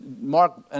Mark